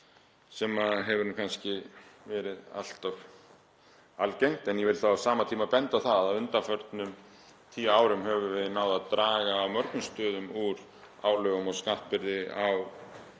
sem hefur kannski verið allt of algengt. En ég vildi á sama tíma benda á það að á undanförnum tíu árum höfum við náð að draga á mörgum stöðum úr álögum og skattbyrði á